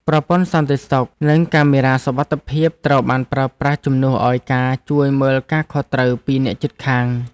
ប្រព័ន្ធសន្តិសុខនិងកាមេរ៉ាសុវត្ថិភាពត្រូវបានប្រើប្រាស់ជំនួសឱ្យការជួយមើលការខុសត្រូវពីអ្នកជិតខាង។